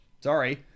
sorry